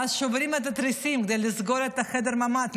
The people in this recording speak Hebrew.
ואז שוברים את התריסים כדי לסגור את חדר הממ"ד,